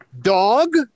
dog